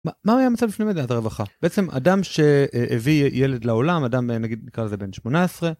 מה היה המצב לפני מדינת הרווחה בעצם אדם שהביא ילד לעולם אדם נגיד נקרא לזה בן 18.